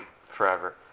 forever